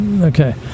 Okay